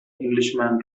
englishman